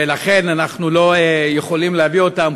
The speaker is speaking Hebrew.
ולכן אנחנו לא יכולים להביא אותם,